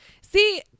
see